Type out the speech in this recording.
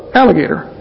alligator